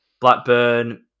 Blackburn